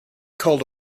called